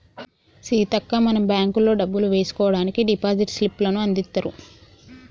సీతక్క మనం బ్యాంకుల్లో డబ్బులు వేసుకోవడానికి డిపాజిట్ స్లిప్పులను అందిత్తారు